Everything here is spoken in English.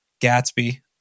Gatsby